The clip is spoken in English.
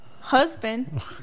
Husband